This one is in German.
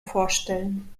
vorstellen